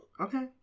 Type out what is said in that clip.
okay